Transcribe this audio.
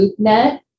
LoopNet